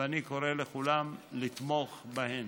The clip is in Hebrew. ואני קורא לכולם לתמוך בהם.